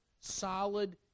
solid